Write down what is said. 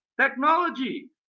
technology